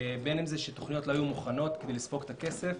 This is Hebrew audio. בין אם זה שתוכניות לא היו מוכנות כדי לספוג את הכסף,